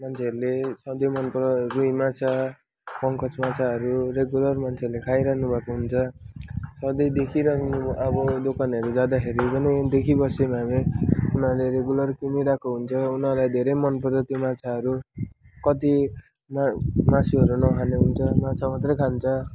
मान्छेहरूले सधैँ मनपराउने रुई माछा पङ्कज माछाहरू रेगुलर मान्छेहरूले खाइरहनु भएको हुन्छ सधैँ देखिरहेको अब दोकानहरू जाँदाखेरि पनि देखिबस्छौँ हामी उनीहरूले रेगुलर किनिरहेको हुन्छ उनीहरूलाई धेरै मनपर्छ त्यो माछाहरू कति मा मासुहरू नखाने हुन्छ माछा मात्रै खान्छ